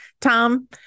Tom